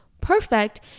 perfect